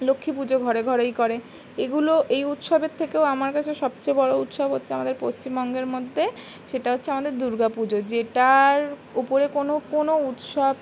লক্ষ্মী পুজো ঘরে ঘরেই করে এগুলো এই উৎসবের থেকেও আমার কাছে সবচেয়ে বড়ো উৎসব হচ্ছে আমাদের পশ্চিমবঙ্গের মধ্যে সেটা হচ্ছে আমাদের দুর্গা পুজো যেটার উপরে কোনো কোনো উৎসব